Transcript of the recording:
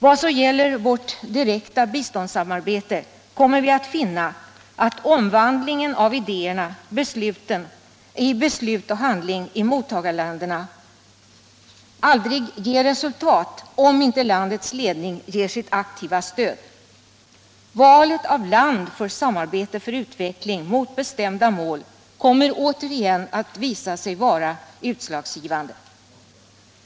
Vad så gäller vårt direkta biståndsamarbete kommer vi att finna att omvandlingen av idéer i beslut och handling i mottagarländerna aldrig ger resultat om inte landets ledning ger sitt aktiva stöd. Valet av land för samarbete för utveckling mot bestämda mål kommer återigen att visa sig vara utslagsgivande.